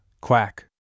quack